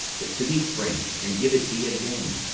but to be frank and give it thee again.